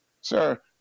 sir